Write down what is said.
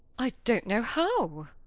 i don't know how.